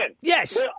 Yes